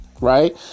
Right